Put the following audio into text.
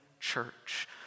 Church